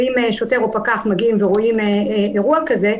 ואם שוטר או פקח רואים אירוע כזה,